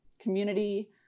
community